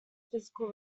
physical